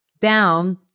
down